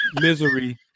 misery